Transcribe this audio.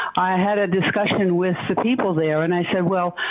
i had a discussion with the people there and i said, well,